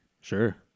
Sure